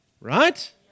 Right